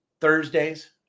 Thursdays